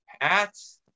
hats